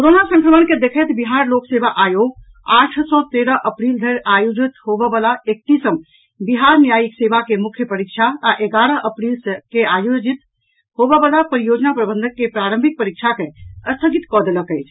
Covid संक्रमण के देखैत बिहार लोक सेवा आयोग आठ सँ तेरह अप्रील धरि अयोजित होवऽवला एकतीसम बिहार न्यायिक सेवा के मुख्य परीक्षा आ एगारह अप्रील के आयोजित होवयवला परियोजना प्रबंधक के प्रारंभिक परीक्षा के स्थगित कऽ देलक अछि